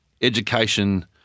education